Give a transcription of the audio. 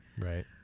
Right